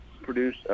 produce